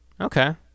Okay